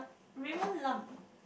Raymond-Lam